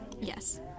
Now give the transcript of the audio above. Yes